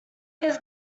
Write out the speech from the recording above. his